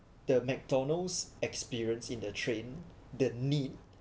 the McDonald's experience in the train the need